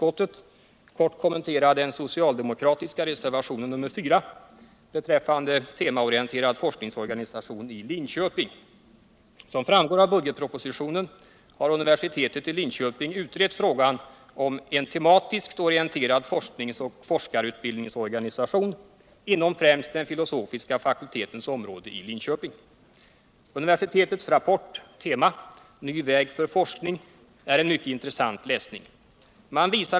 orienterad forsknings och forskarutbildningsorganisation inom främst den — Nr 150 filosofiska fakultetens område i Linköping. Universitetets rapport ”Tema.